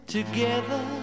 Together